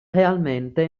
realmente